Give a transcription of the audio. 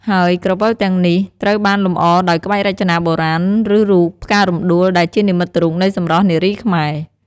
ហើយក្រវិលទាំងនេះត្រូវបានលម្អដោយក្បាច់រចនាបុរាណ ឬរូប ផ្ការំដួល ដែលជានិមិត្តរូបនៃសម្រស់នារីខ្មែរ។